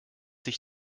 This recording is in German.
sich